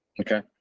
Okay